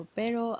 pero